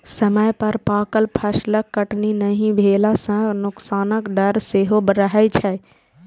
समय पर पाकल फसलक कटनी नहि भेला सं नोकसानक डर सेहो रहै छै